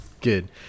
good